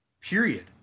period